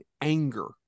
anger